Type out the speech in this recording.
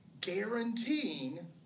guaranteeing